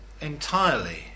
entirely